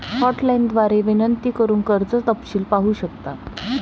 hotline द्वारे विनंती करून कर्ज तपशील पाहू शकता